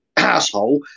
asshole